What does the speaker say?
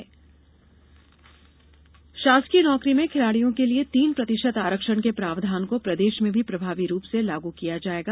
आरक्षण प्रावधान शासकीय नौकरी में खिलाड़ियों के लिए तीन प्रतिशत आरक्षण के प्रावधान को प्रदेश में भी प्रभावी रूप से लागू किया जाएगा